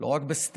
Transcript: לא רק בסטנטים,